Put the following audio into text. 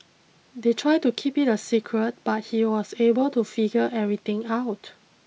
they tried to keep it a secret but he was able to figure everything out